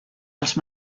els